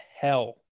hell